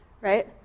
right